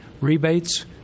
rebates